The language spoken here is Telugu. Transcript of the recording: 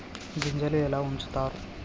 గింజలు ఎలా ఉంచుతారు?